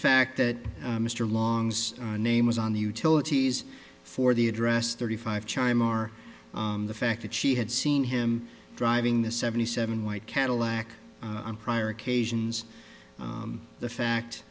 fact that mr long's name was on the utilities for the address thirty five chime or the fact that she had seen him driving the seventy seven white cadillac on prior occasions the fact